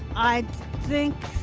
i think,